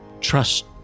trust